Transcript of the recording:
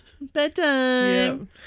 Bedtime